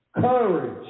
Courage